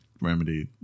remedy